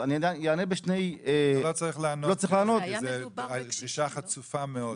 זאת גישה חצופה מאוד.